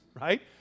right